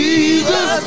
Jesus